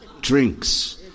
drinks